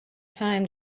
time